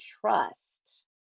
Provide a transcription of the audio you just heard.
trust